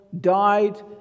died